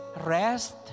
rest